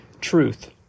truth